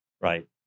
right